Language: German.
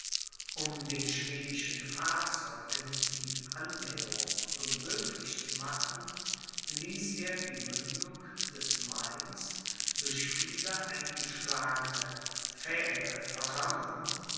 um den schwedischen fahrzeugen die annäherung unmöglich zu machen ließ er die mündung des mains durch viele eingeschlagene pfähle verrammeln